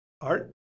Art